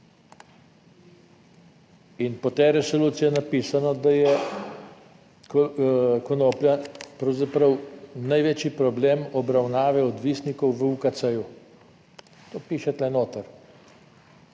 In po tej resoluciji je napisano, da je konoplja pravzaprav največji problem obravnave odvisnikov v UKC. To piše tukaj notri.